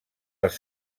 els